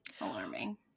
alarming